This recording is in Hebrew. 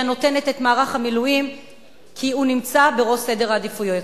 היא הנותנת כי מערך המילואים נמצא בראש סדר העדיפויות.